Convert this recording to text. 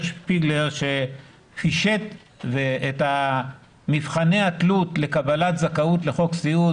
שפיגלר שפישט את מבחני התלות לקבלת זכאות לחוק סיעוד